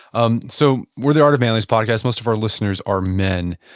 um so we're the art of manliness podcast. most of our listeners are men.